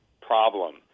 problem